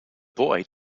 boy